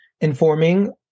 informing